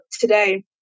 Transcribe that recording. today